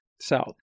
South